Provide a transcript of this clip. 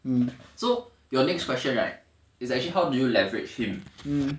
so your next question right it's actually how did you leverage him